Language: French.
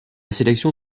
sélection